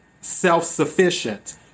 self-sufficient